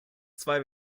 zwei